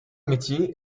métier